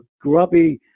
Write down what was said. grubby